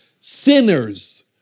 sinners